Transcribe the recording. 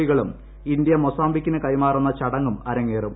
വികളും India മൊസാംബിക്കിന് കൈമമാറുന്ന ചടങ്ങും അരങ്ങേറും